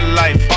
life